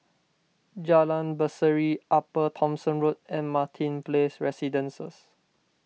Jalan Berseri Upper Thomson Road and Martin Place Residences